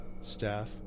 Staff